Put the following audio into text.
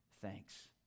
thanks